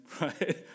right